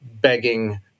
begging